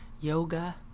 yoga